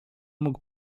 mógł